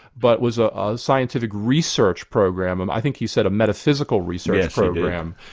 but was a scientific research program and i think he said a metaphysical research program.